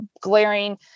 glaring